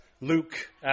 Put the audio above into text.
Luke